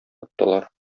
тоттылар